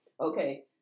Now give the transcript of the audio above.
Okay